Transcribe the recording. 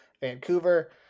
Vancouver